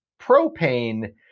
propane